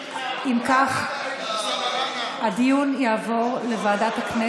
להלן תוצאות ההצבעה: בעד הצעת החוק הצביעו 52 חברי כנסת,